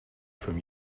from